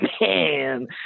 man